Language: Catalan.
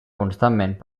constantment